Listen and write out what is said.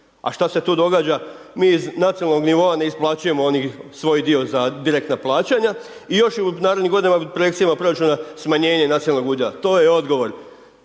A što se tu događa? Mi iz nacionalnih nivoa ne isplaćujemo onih, svoj dio za direktna plaćanja, i još u narednim godinama projekcijama proračuna smanjenje nacionalnog udjela. To je odgovor.